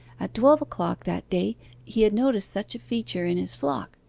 at twelve o'clock that day he had noticed such a feature in his flock.